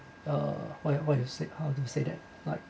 uh why why you say how to say that